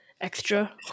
extra